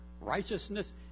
Righteousness